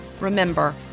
Remember